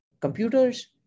computers